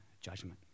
judgment